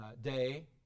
day